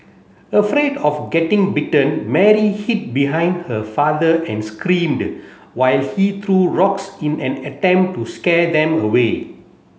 afraid of getting bitten Mary hid behind her father and screamed while he threw rocks in an attempt to scare them away